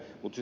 mutsi